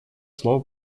слово